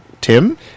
Tim